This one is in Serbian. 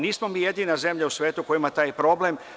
Nismo mi jedina zemlja u svetu koja ima taj problem.